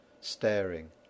staring